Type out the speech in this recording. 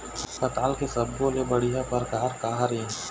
पताल के सब्बो ले बढ़िया परकार काहर ए?